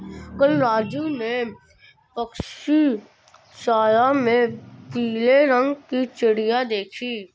कल राजू ने पक्षीशाला में पीले रंग की चिड़िया देखी